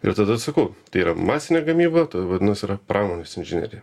ir tada sakau tai yra masinė gamyba vadinas yra pramonės inžinerija